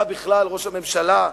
אתה בכלל, ראש הממשלה,